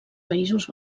països